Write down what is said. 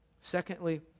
secondly